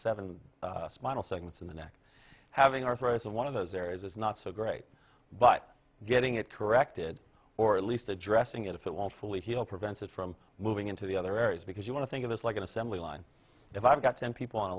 seven spinal segments in the neck having arthritis and one of those areas is not so great but getting it corrected or at least addressing it if it won't fully heal prevents it from moving into the other areas because you want to think of us like an assembly line if i've got ten people on